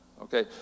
Okay